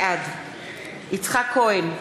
בעד יצחק כהן,